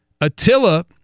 Attila